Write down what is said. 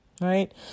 Right